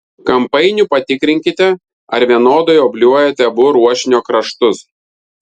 kampainiu patikrinkite ar vienodai obliuojate abu ruošinio kraštus